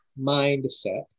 mindset